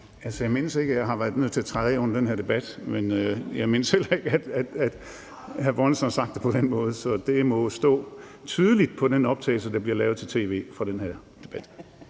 jeg mindes ikke, at jeg har været nødt til at træde af under den her debat, men jeg mindes heller ikke, at hr. Erling Bonnesen har sagt det på den måde, så det må fremgå tydeligt af den optagelse, der bliver lavet til tv fra den her debat.